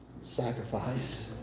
sacrifice